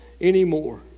anymore